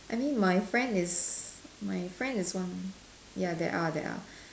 I mean my friend is my friend is on ya there are there are